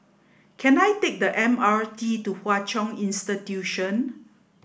can I take the M R T to Hwa Chong Institution